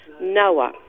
Noah